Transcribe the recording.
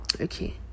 okay